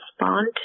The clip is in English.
respond